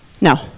no